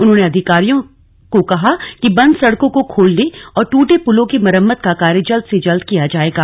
उन्होंने अधिकारियों को कहा कि बंद सड़कों को खोलने और ट्टे पुलों की मरम्मत का कार्य जल्द से जल्द किया जाएगा